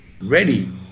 ready